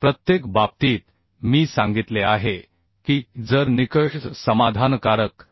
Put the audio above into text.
प्रत्येक बाबतीत मी सांगितले आहे की जर निकष समाधानकारक